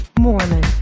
Mormon